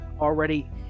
already